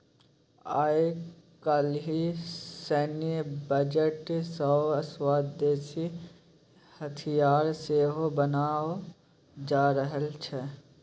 आय काल्हि सैन्य बजट सँ स्वदेशी हथियार सेहो बनाओल जा रहल छै